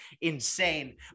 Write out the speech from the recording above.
insane